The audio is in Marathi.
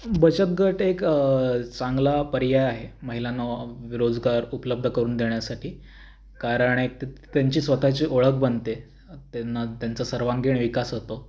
बचत गट एक चांगला पर्याय आहे महिलांना रोजगार उपलब्ध करून देण्यासाठी कारण एक तर त्यांची स्वतःची ओळख बनते त्यांना त्यांचा सर्वांगीण विकास होतो